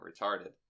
retarded